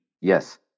Yes